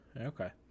okay